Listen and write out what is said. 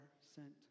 sent